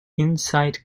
insight